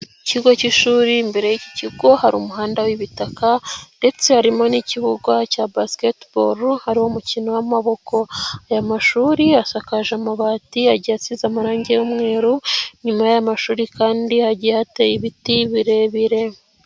Ikigo cy'ishuri, imbere y'ikigo hari umuhanda w'ibitaka ndetse harimo n'ikibuga cya basiketiboro, hari umukino w'amaboko, aya mashuri asakaje amabati, agiye asize amarangi y'umweru, nyuma y'amashuri kandi hagiye hateye ibiti birebire.